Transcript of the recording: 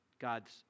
God's